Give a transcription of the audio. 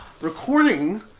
recording